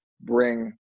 bring